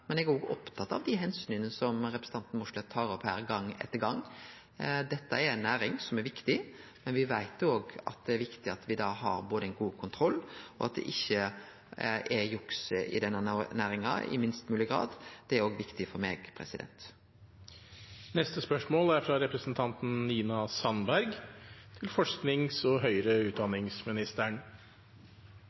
men eg er også opptatt av dei omsyna som representanten Mossleth tar opp her gong etter gong. Dette er ei næring som er viktig, men me veit også at det er viktig at me har god kontroll, og at det ikkje er juks i denne næringa, i minst mogleg grad. Det er også viktig for meg. Mitt spørsmål er ganske enkelt: «Hvorfor vil ikke statsråden målrette avbyråkratiserings- og